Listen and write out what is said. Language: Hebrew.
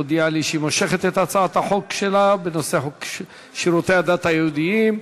הודיעה לי שהיא מושכת את הצעת החוק שלה בנושא חוק שירותי הדת היהודיים.